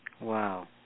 Wow